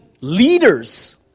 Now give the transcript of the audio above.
leaders